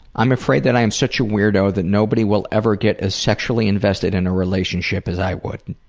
i'm afraid that i'm such a weirdo that nobody will ever get as sexually-invested in a relationship as i would.